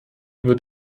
wird